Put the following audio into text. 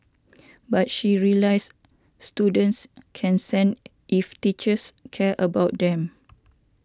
but she realised students can sense if teachers care about them